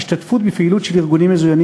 השתתפות בפעילות של ארגונים מזוינים